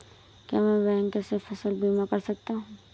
क्या मैं बैंक से फसल बीमा करा सकता हूँ?